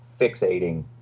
fixating